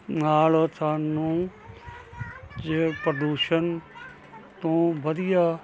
ਨਾਲ ਸਾਨੂੰ ਜ ਪ੍ਰਦੂਸ਼ਣ ਤੋਂ ਵਧੀਆ